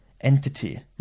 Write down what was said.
entity